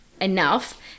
enough